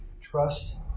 trust